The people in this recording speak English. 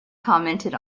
commented